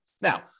Now